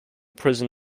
prison